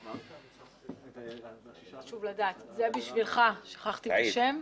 חשוב לדעת, מיקי.